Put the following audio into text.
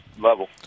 level